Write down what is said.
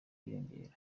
yiyongera